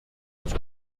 auf